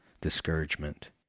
discouragement